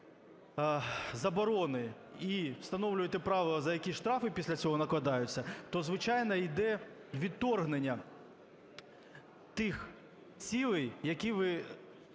заборони і встановлюєте правила, за які штрафи після цього накладаються, то, звичайно, йде відторгнення тих цілей, які ви